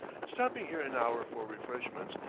stopping here an hour for refreshments,